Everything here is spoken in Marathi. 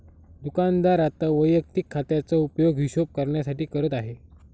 दुकानदार आता वैयक्तिक खात्याचा उपयोग हिशोब करण्यासाठी करत आहे